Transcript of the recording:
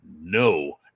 no